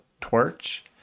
Torch